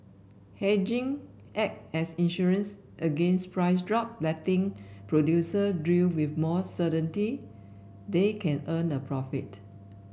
hedging act as insurance against price drops letting producer drill with more certainty they can earn a profit